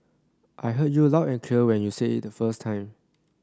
I heard you loud and clear when you said it the first time